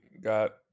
got